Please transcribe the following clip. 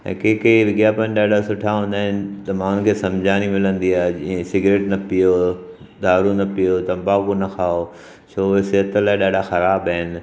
ऐं कंहिं कंहिं विज्ञापन ॾाढा सुठा हूंदा आहिनि त मूंखे सम्झाणी मिलंदी आहे जीअं सिगरेट न पियो दारू न पियो तम्बाकू न खाओ छो उहो सिहत लाइ ॾाढा ख़राब आहिनि